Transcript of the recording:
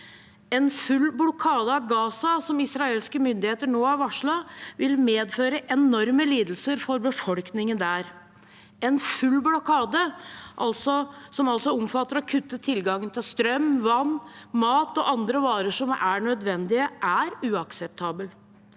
En full blokade av Gaza, som israelske myndigheter nå har varslet, vil medføre enorme lidelser for befolkningen der. En full blokade, som altså omfatter å kutte tilgangen til strøm, vann, mat og andre varer som er nødvendige, er uakseptabel.